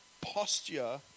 posture